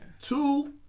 Two